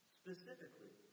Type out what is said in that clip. specifically